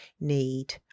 need